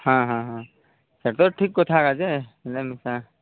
ହଁ ହଁ ହଁ ସେଟା ତ ଠିକ୍ କଥା ଯେ ହେଲେ